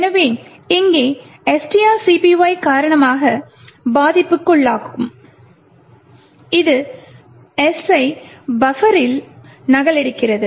எனவே இங்கே strcpy காரணமாக பாதிப்புக்குள்ளாகும் இது S ஐ பஃபரில் நகலெடுக்கிறது